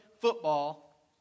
football